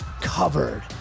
covered